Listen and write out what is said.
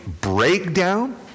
breakdown